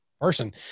person